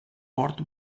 port